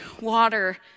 water